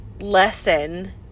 lesson